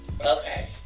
Okay